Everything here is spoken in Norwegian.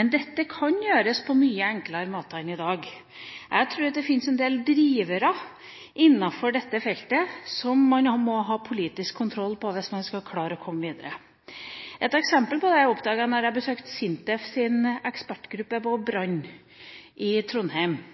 men dette kan gjøres på mye enklere måter enn i dag. Jeg tror det finnes en del drivere innenfor dette feltet som man må ha politisk kontroll på hvis man skal klare å komme videre. Et eksempel på dette oppdaget jeg da jeg besøkte SINTEFs ekspertgruppe på brann